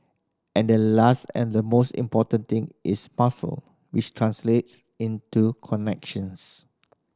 and the last and the most important thing is muscle which translate into connections